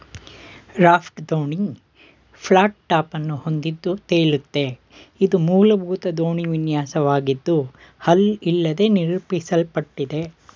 raft ದೋಣಿ flat ಟಾಪನ್ನು ಹೊಂದಿದ್ದು ತೇಲುತ್ತೆ ಇದು ಮೂಲಭೂತ ದೋಣಿ ವಿನ್ಯಾಸವಾಗಿದ್ದು ಹಲ್ ಇಲ್ಲದೇ ನಿರೂಪಿಸಲ್ಪಟ್ಟಿದೆ